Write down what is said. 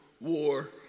war